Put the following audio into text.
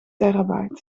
terabyte